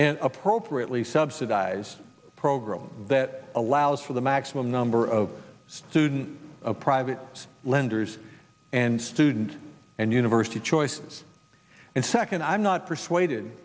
and appropriately subsidized program that allows for the maximum number of student private lenders and student and university choices and second i'm not persuaded